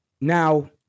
now